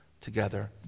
together